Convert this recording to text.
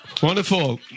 wonderful